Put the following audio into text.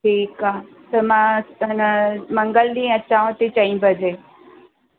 ठीकु आहे त मां त हिन मंगल ॾींहुं अचांव थी चईं बजे